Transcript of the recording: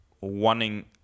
wanting